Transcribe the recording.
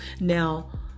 Now